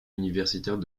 universitaires